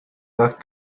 not